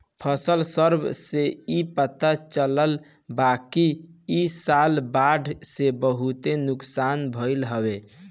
फसल सर्वे से इ पता चलल बाकि इ साल बाढ़ से बहुते नुकसान भइल हवे